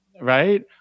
Right